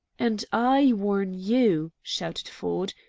and i warn you, shouted ford,